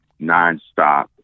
nonstop